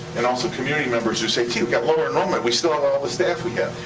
and also community members who say, we got lower enrollment. we still have all the staff we have.